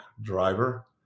driver